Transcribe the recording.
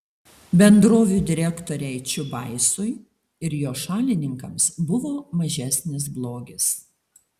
bendrovių direktoriai čiubaisui ir jo šalininkams buvo mažesnis blogis